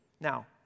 Now